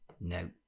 No